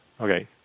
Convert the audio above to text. okay